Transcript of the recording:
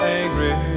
angry